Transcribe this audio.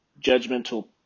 judgmental